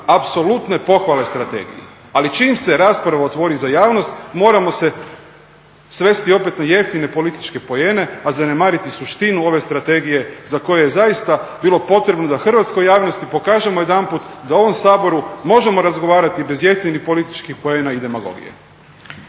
apsolutne pohvale strategiji, ali čim se rasprava otvori za javnost moramo se svesti opet na jeftine političke poene, a znamariti suštinu ove strategije za koju je zaista bilo potrebno da hrvatskoj javnosti pokažemo jedanput da u ovom Saboru možemo razgovarati bez jeftinih političkih poena i demagogije.